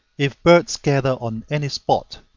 if birds gather on any spot,